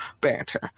banter